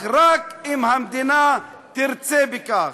אך רק אם המדינה תרצה בכך.